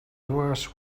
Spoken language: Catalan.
dues